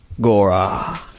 Gora